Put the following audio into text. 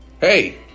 Hey